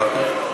כן.